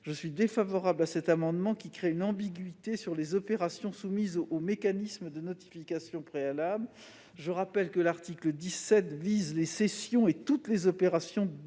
est défavorable à cet amendement qui crée une ambiguïté sur les opérations soumises au mécanisme de notification préalable. Je rappelle que l'article 17 vise les cessions et toutes les opérations d'effet